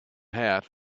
hat